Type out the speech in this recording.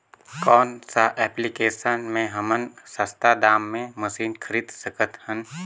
कौन सा एप्लिकेशन मे हमन सस्ता दाम मे मशीन खरीद सकत हन?